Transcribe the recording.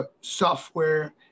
software